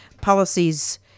policies